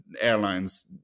airlines